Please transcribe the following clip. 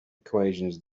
equations